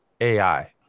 AI